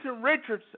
Richardson